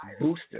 booster